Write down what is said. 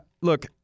look